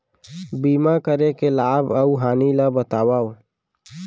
बीमा करे के लाभ अऊ हानि ला बतावव